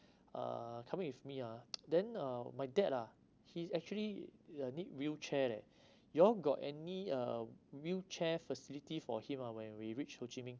uh coming with me ah then uh my dad ah he's actually uh need wheelchair leh you all got any uh wheelchair facility for him ah when we reach ho chi minh